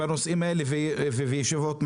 כל הכבוד שאתה עושה ישיבות בנושאים האלה וישיבות מעקב.